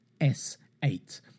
S8